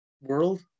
world